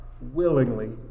willingly